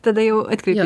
tada jau atkreipi